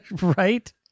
Right